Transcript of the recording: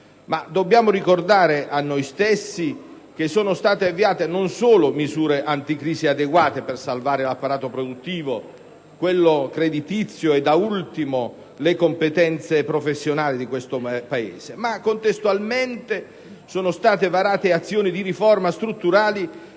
Dobbiamo ricordare a noi stessi che non solo sono state avviate misure anticrisi adeguate per salvare l'apparato produttivo, quello creditizio e, da ultimo, le competenze professionali di questo Paese, ma, contestualmente, sono state varate azioni di riforma strutturali